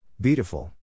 Beautiful